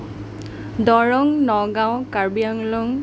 Darrang Nagaon Karbi Anglong